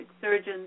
surgeons